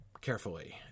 carefully